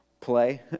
play